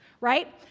right